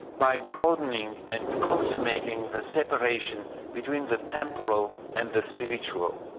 by broadening and consummating the separation between the temporal and the spiritual.